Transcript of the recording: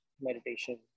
meditation